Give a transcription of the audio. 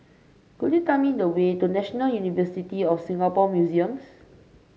could you tell me the way to National University of Singapore Museums